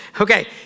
Okay